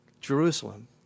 Jerusalem